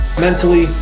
mentally